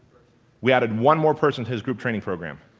we added one more person to his group training program.